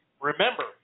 remember